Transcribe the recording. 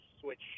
switch